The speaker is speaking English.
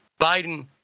Biden